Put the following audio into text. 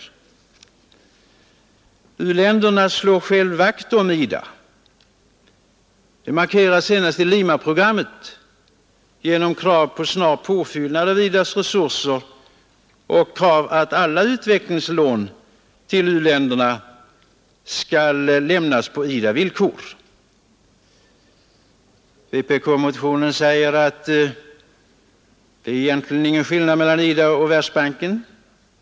U-länderna själva slår vakt kring IDA. Det markeras senast i Limaprogrammet genom krav på snar påfyllnad av IDA: resurser och krav om att alla utvecklingslån till u-länderna skall lämnas på IDA-villkor. I vpk-motionen sägs det att det egentligen inte är någon skillnad mellan IDA och Världsbanken.